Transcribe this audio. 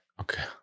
Okay